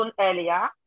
earlier